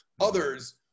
others